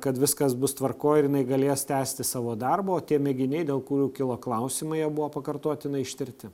kad viskas bus tvarkoj ir jinai galės tęsti savo darbą o tie mėginiai dėl kurių kilo klausimai jie buvo pakartotinai ištirti